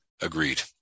Agreed